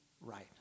right